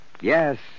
Yes